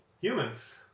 Humans